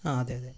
ആ അതെ അതെ